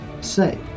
say